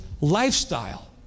lifestyle